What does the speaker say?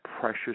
precious